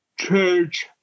church